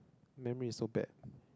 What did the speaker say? memory is so bad